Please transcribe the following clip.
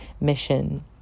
mission